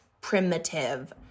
primitive